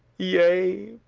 yea,